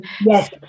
Yes